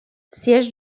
siège